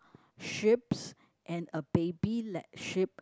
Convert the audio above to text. sheeps and a baby like sheep